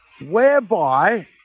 whereby